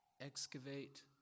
excavate